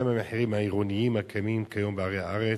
1. מה הם המחירים העירוניים הקיימים כיום בערי הארץ?